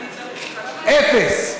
אפס.